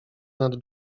nad